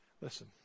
Listen